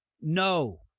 no